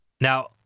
Now